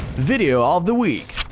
video of the week!